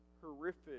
horrific